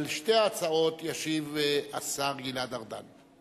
על שתי ההצעות ישיב השר גלעד ארדן.